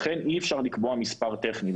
לכן אי אפשר לקבוע מספר טכני.